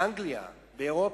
באנגליה, באירופה.